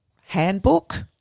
handbook